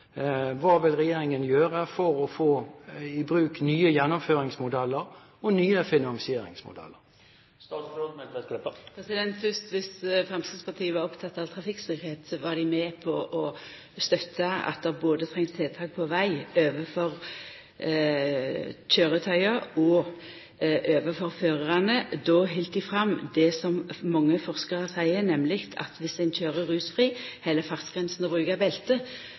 vil regjeringen gjøre for å få i bruk nye gjennomføringsmodeller og nye finansieringsmodeller? Fyrst: Dersom Framstegspartiet var oppteke av trafikktryggleik, ville dei vore med på å støtta at det trengst tiltak på veg både overfor køyretøy og overfor førarane. Då ville dei halda fram det som mange forskarar seier, nemleg at dersom ein køyrer rusfri, held fartsgrensene og brukar belte,